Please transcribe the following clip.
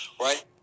right